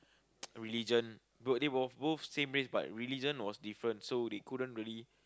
religion they were both same race but religion was different so they couldn't really